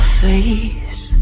face